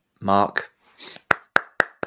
Mark